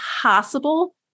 possible